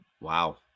wow